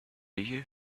you